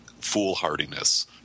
foolhardiness